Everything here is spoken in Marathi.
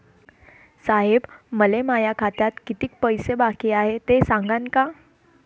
साहेब, मले माया खात्यात कितीक पैसे बाकी हाय, ते सांगान का?